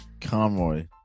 Conroy